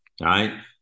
right